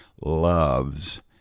loves